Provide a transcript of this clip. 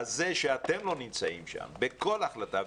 זה שאתם לא נמצאים שם בכל החלטה,